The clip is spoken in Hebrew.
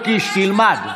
תעיר לאורבך.